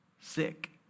sick